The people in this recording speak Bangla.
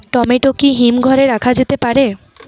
টমেটো কি হিমঘর এ রাখা যেতে পারে?